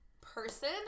person